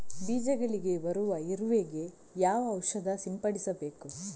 ಬೀಜಗಳಿಗೆ ಬರುವ ಇರುವೆ ಗೆ ಯಾವ ಔಷಧ ಸಿಂಪಡಿಸಬೇಕು?